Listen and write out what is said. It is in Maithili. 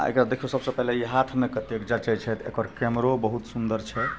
आओर एकरा देखियौ सबसँ पहिले ई हाथमे कतेक जचय छै तऽ एकर कैमरो बहुत सुन्दर छै